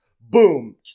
boom